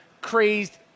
crazed